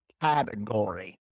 category